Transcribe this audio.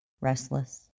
Restless